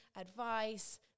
advice